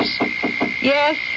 Yes